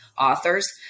authors